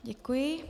Děkuji.